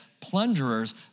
plunderers